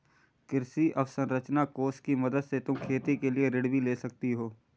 कृषि अवसरंचना कोष की मदद से तुम खेती के लिए ऋण भी ले सकती हो